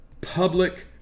public